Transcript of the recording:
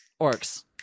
orcs